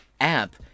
app